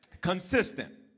consistent